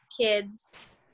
kids